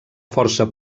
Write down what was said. força